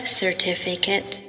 certificate